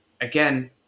again